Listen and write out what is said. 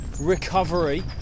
recovery